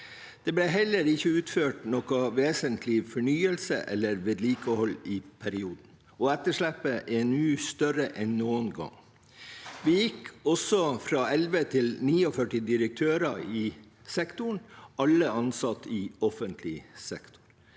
Det ble heller ikke utført noe vesentlig fornyelse eller vedlikehold i perioden, og etterslepet er nå større enn noen gang. Vi gikk også fra 11 til 49 direktører i sektoren, alle ansatt i offentlig sektor.